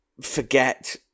Forget